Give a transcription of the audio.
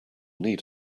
need